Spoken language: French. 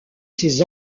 ses